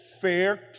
fair